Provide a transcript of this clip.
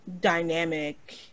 dynamic